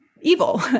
evil